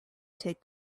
take